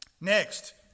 next